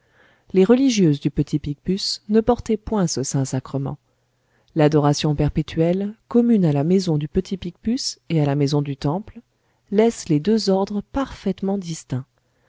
les religieuses du petit picpus ne portaient point ce saint-sacrement l'adoration perpétuelle commune à la maison du petit picpus et à la maison du temple laisse les deux ordres parfaitement distincts